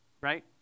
Right